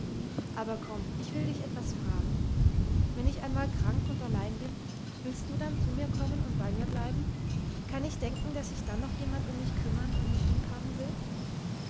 aber komm ich will dich etwas fragen wenn ich einmal krank und allein bin willst du dann zu mir kommen und bei mir bleiben kann ich denken daß sich dann noch jemand um mich kümmern und mich liebhaben will